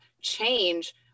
change